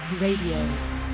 Radio